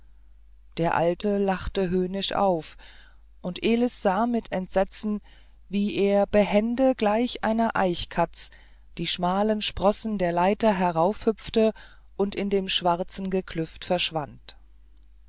der alte lachte höhnisch auf und elis sah mit entsetzen wie er behende gleich einer eichkatz die schmalen sprossen der leiter heraufhüpfte und in dem schwarzen geklüft verschwand